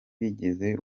bigeze